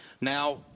now